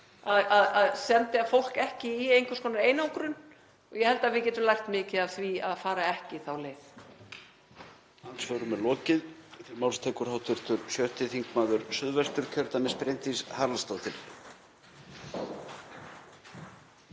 að senda fólk ekki í einhvers konar einangrun. Ég held að við getum lært mikið af því að fara ekki þá leið.